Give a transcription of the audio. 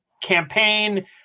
campaign